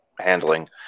handling